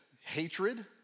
Hatred